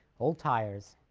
old tires,